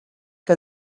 que